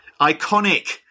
iconic